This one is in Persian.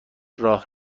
راه